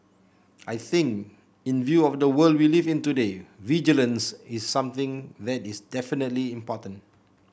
I think in view of the world we live in today vigilance is something that is definitely important